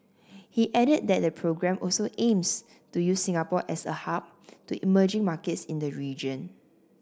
he added that the programme also aims to use Singapore as a hub to emerging markets in the region